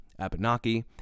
Abenaki